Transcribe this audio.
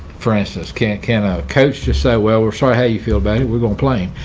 for instance, can't cannot coach to say, well, we're sorry, how you feel bad we're gonna play?